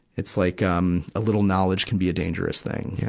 it's like, um, a little knowledge can be a dangerous thing. yeah.